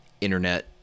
internet